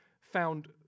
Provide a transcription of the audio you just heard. found